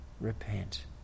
Repent